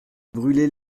brûlait